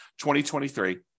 2023